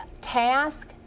task